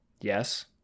Yes